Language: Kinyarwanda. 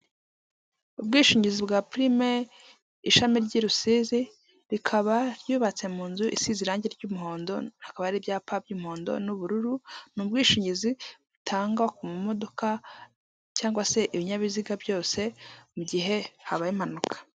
Ubwishingizi bwa purime ishami ry'i Rusizi rikaba ryubatse mu nzu isize irangi ry'umuhondo, hakaba hari ibyapa by'umuhondo n'ubururu, ni ubwishingizi butangwa ku modoka cyangwa se ibinyabiziga byose mu gihe habaye impanuka.